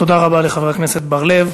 תודה רבה לחבר הכנסת בר-לב.